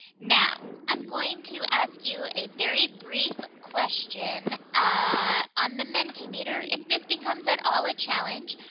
now, i'm going to ask you a very brief question ah on the mentimeter. if this becomes at all a challenge,